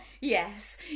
Yes